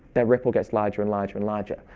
their ripple gets larger and larger and larger.